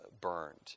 burned